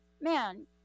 man